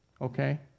okay